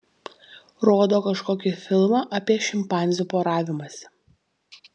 rodo kažkokį filmą apie šimpanzių poravimąsi